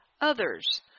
others